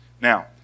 Now